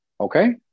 Okay